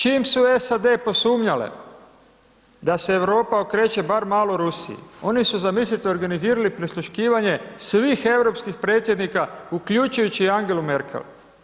Čim su SAD posumnjale da se Europa okreće bar malo Rusiji, oni su, zamislite, organizirali prisluškivanje svih europskih predsjednika, uključujući i Angelu Merkel.